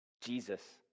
Jesus